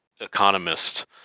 economist